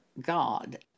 God